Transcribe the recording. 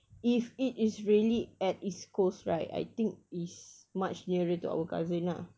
if it is really at east coast right I think is much nearer to our cousin ah